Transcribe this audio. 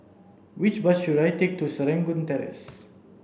which bus should I take to Serangoon Terrace